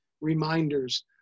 reminders